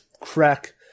crack